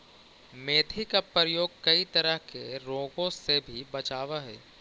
मेथी का प्रयोग कई तरह के रोगों से भी बचावअ हई